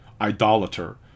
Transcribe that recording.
idolater